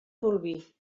bolvir